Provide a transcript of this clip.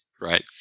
right